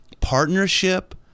partnership